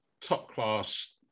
top-class